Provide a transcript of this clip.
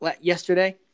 yesterday